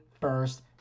first